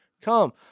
come